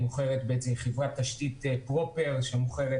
היא מוכרת לחברת תשתית פרופר שמוכרת